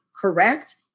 correct